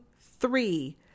three